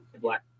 black